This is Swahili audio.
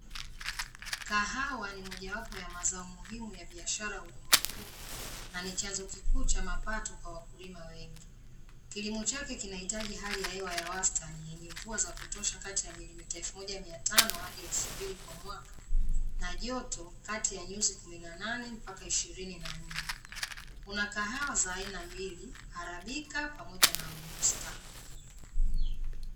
Kahawa ni moja wapo ya mazao muhimu ya biashara ulimwenguni na ni chanzo kikuu cha mapato kwa wakulima wengi. Kilimo chake kinahitaji hali ya hewa ya wastani, yenye mvua za kutosha kati ya milimita elfu moja na mia tano hadi elfu mbili kwa mwaka na joto kati ya nyuzi kumi na nane mpaka ishirini na nne. Kuna kahawa za aina mbili, arabika pamoja na robusta.